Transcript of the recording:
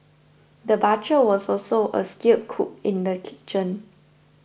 the butcher was also a skilled cook in the kitchen